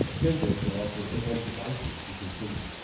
ah tendrils can offer in-home devices to consumers.